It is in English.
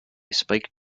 spike